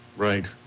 right